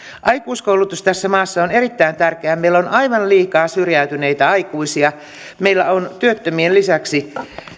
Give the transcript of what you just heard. aikuiskoulutus tässä maassa on erittäin tärkeää meillä on aivan liikaa syrjäytyneitä aikuisia meillä on työttömien lisäksi